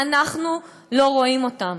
ואנחנו לא רואים אותם.